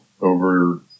over